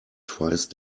twice